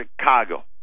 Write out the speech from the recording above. Chicago